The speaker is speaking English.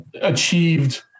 achieved